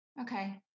Okay